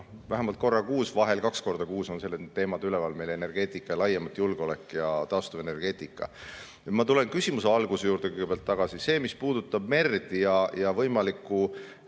vähemalt korra kuus, vahel kaks korda kuus on need teemad meil üleval – energeetika ja laiemalt julgeolek, taastuvenergeetika. Ma tulen küsimuse alguse juurde kõigepealt tagasi. See, mis puudutab merd ja võimalikku